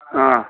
ಹಾಂ